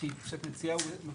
מה שאת מציעה הוא מקובל,